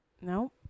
No